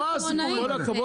עם כל הכבוד,